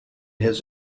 his